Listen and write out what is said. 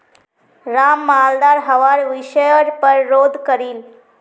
राम मालदार हवार विषयर् पर शोध करील